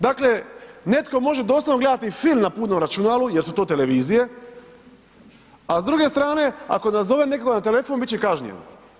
Dakle netko može doslovno gledati film na putnom računalu jer su to televizije a s druge strane ako nazove nekoga na telefon biti će kažnjen.